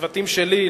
לצוותים שלי,